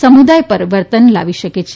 સમુદાય પરિવર્તન લાવી શકે છે